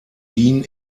dean